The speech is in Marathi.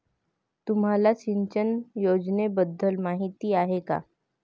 तुम्हाला सिंचन योजनेबद्दल माहिती आहे का?